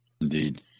Indeed